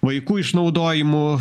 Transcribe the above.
vaikų išnaudojimu